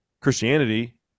Christianity